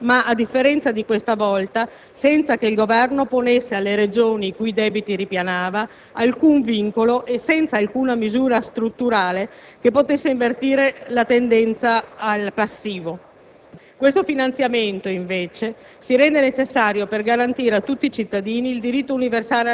Il decreto assume quindi la necessità che lo Stato e le Regioni si impegnino in una cooperazione sinergica per individuare strategie condivise al fine di superare le disuguaglianze ancora presenti in termini di risultati di salute, di accessibilità e di promozione di una sempre maggiore qualità dei servizi.